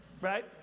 right